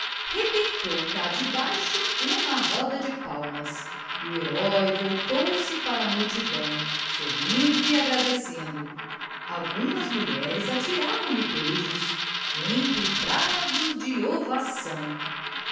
rebentou cá debaixo uma roda de palmas e o herói voltou-se para a multidão sorrindo e agradecendo algumas mulheres atiravam lhe beijos entre brados de ovação